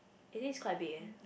eh this is quite big eh